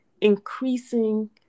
increasing